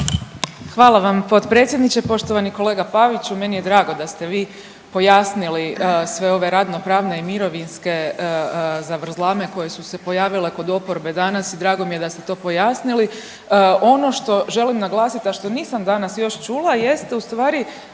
Hvala vam potpredsjedniče. Poštovani kolega Paviću, meni je drago da ste vi pojasnili sve ove radno-pravne i mirovinske zavrzlame koje su se pojavile kod oporbe danas. Drago mi je da ste to pojasnili. Ono što želim naglasiti, a što nisam danas još čula jeste u stvari